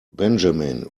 benjamin